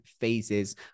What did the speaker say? phases